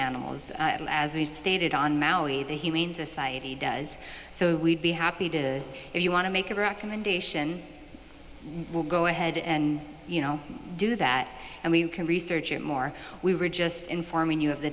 animals as we stated on maui the humane society does so we'd be happy to if you want to make a recommendation will go ahead and you know do that and we can research it more we were just informing you